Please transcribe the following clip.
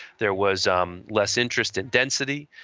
there was um less interest in density.